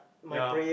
ya